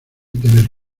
tener